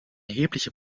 erhebliche